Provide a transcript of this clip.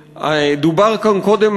דובר כאן קודם,